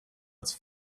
its